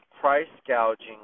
price-gouging